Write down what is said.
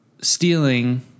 stealing